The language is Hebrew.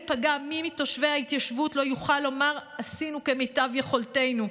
ייפגע מי מתושבי ההתיישבות הוא לא יוכל לומר: עשינו כמיטב יכולתנו.